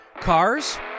Cars